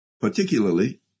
particularly